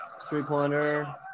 Three-pointer